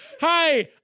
Hi